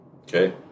okay